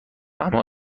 اما